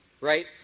right